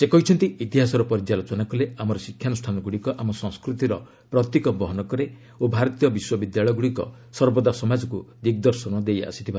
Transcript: ସେ କହିଛନ୍ତି ଇତିହାସର ପର୍ଯ୍ୟାଲୋଚନା କଲେ ଆମର ଶିକ୍ଷାନୁଷ୍ଠାନଗୁଡ଼ିକ ଆମ ସଂସ୍କୃତିର ପ୍ରତୀକ ବହନ କରେ ଓ ଭାରତୀୟ ବିଶ୍ୱବିଦ୍ୟାଳୟଗୁଡ଼ିକ ସର୍ବଦା ସମାଜକୁ ଦିଗ୍ଦର୍ଶନ ଦେଇଆସିଛନ୍ତି